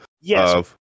Yes